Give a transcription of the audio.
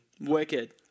Wicked